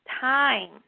time